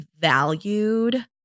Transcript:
valued